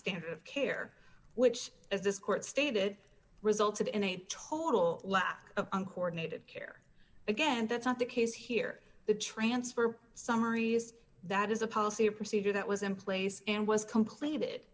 standard of care which as this court stated resulted in a total lack of uncoordinated care again that's not the case here the transfer summary is that is a policy a procedure that was in place and was completed